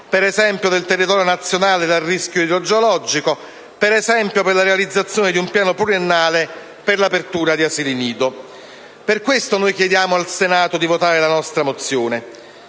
scolastici e del territorio nazionale dal rischio idrogeologico e alla realizzazione di un piano pluriennale per l'apertura di asili nido. Per questo chiediamo al Senato di votare la nostra mozione: